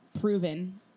proven